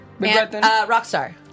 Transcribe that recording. Rockstar